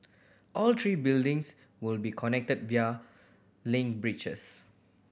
all three buildings will be connected link bridges